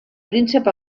príncep